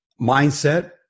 Mindset